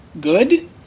good